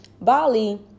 Bali